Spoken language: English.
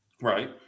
Right